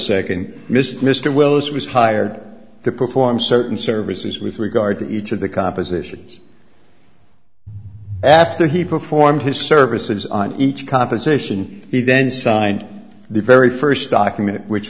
second mr mr willis was hired to perform certain services with regard to each of the compositions after he performed his services on each composition he then signed the very first document which